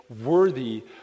worthy